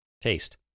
Taste